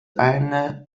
eine